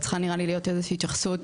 צריכה נראה לי להיות איזושהי התייחסות.